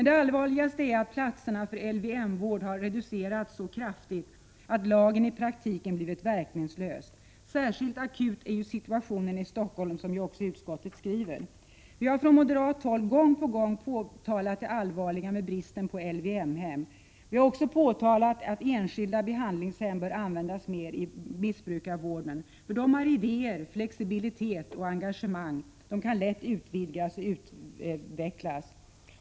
Det allvarligaste är att antalet platser för LVM-vård reducerats så kraftigt att lagen i praktiken blivit verkningslös. Särskilt akut är situationen i Stockholm, som ju också utskottet skriver. Från moderat håll har vi gång på gång påtalat det allvarliga i att det råder brist på LVM-hem. Vi har också påtalat att enskilda behandlingshem mer bör användas i missbrukarvården. Där finns det idéer, flexibilitet och engagemang. Behandlingshemmen kan lätt utvidgas och utvecklas.